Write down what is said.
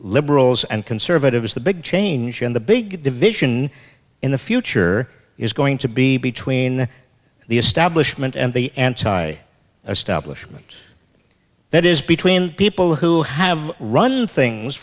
liberals and conservatives the big change and the big division in the future is going to be between the establishment and the anti establishment that is between people who have run things